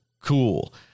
cool